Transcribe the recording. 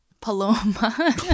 Paloma